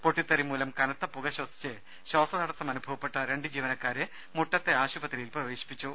പൊട്ടിത്തെറി മൂലം കനത്ത പുക ശ്വസിച്ച് ശ്വാസതടസം അനുഭവപ്പെട്ട രണ്ട് ജീവനക്കാരെ മുട്ടത്തെ ആശുപത്രിയിൽ പ്രവേശിപ്പിച്ചു